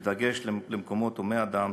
בדגש על מקומות הומי אדם,